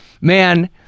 man